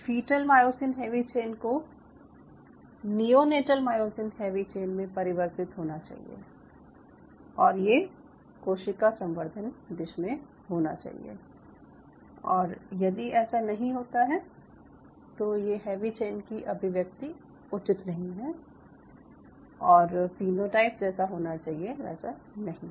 fetal myosin heavy chain को neonatal myosin heavy chain में परिवर्तित होना चाहिए और ये कोशिका संवर्धन डिश में होना चाहिए और यदि ऐसा नहीं होता है तो ये हैवी चेन की अभिव्यक्ति उचित नहीं है और फीनोटाइप जैसा होना चाहिए वैसा नहीं है